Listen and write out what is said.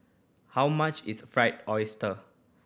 how much is Fried Oyster